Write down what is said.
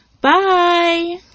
Bye